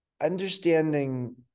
understanding